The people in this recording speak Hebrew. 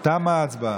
תמה ההצבעה.